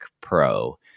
pro